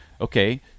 okay